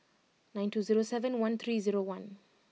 nine two zero seven one three zero one